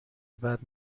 بعد